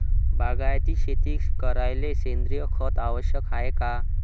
बागायती शेती करायले सेंद्रिय खत आवश्यक हाये का?